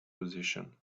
position